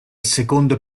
secondo